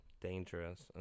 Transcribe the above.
dangerous